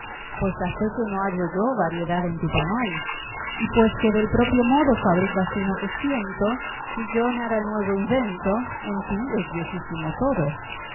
pues a fe que no hallo yo variedad en tu panal y pues que del propio modo fabricas uno que ciento si yo nada nuevo invento en ti es viejísimo todo